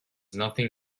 nothing